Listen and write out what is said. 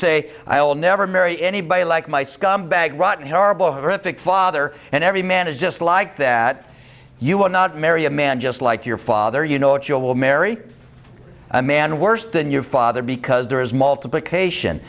say i'll never marry anybody like my scumbag rotten horrible horrific father and every man is just like that you will not marry a man just like your father you know what you will marry a man worse than your father because there is multiplication